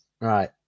Right